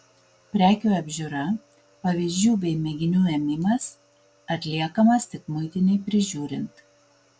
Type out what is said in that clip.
prekių apžiūra pavyzdžių bei mėginių ėmimas atliekamas tik muitinei prižiūrint